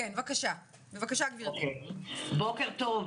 בוקר טוב,